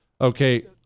Okay